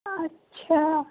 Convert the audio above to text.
اچھا